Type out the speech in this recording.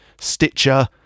Stitcher